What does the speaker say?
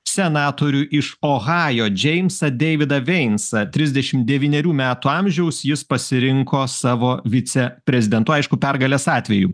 senatorių iš ohajo džeimsą deividą veinsą trisdešim devynerių metų amžiaus jis pasirinko savo viceprezidentu aišku pergalės atveju